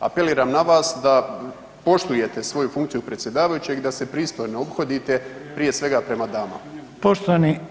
Apeliram na vas da poštujete svoju funkciju predsjedavajućeg i da se pristojno ophodite prije svega prema damama.